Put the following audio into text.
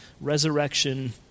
resurrection